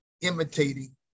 imitating